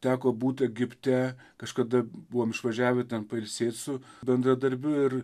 teko būt egipte kažkada buvome išvažiavę ten pailsėt su bendradarbiu ir